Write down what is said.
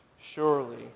Surely